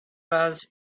was